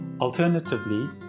Alternatively